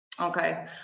Okay